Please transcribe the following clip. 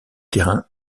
terrains